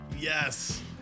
yes